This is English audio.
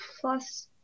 plus